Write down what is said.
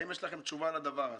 האם יש לכם תשובה לדבר הזה?